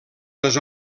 les